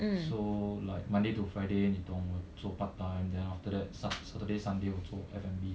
so like monday to friday 你懂我做 part time then after that sun saturday sunday 我做 F&B